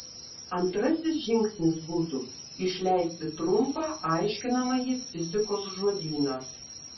antrasis žingsnis būtų išleisti trumpą aiškinamąjį fizikos žodyną